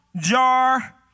jar